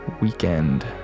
weekend